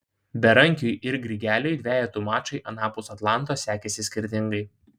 berankiui ir grigeliui dvejetų mačai anapus atlanto sekėsi skirtingai